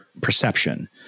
perception